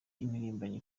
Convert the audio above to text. impirimbanyi